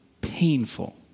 painful